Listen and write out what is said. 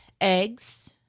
eggs